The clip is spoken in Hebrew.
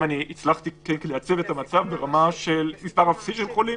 אם הצלחתי לייצב את המצב על מספר אפסי של חולים